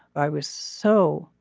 i was so